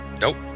nope